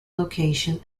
location